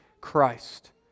Christ